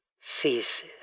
ceases